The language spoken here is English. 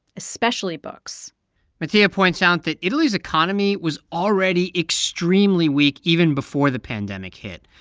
especially books mattia points out that italy's economy was already extremely weak, even before the pandemic hit.